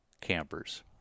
campers